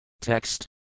Text